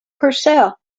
purcell